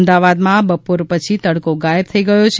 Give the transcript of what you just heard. અમદાવાદમાં બપોર પછી તડકો ગાયબ થઈ ગયો છે